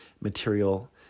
material